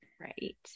Right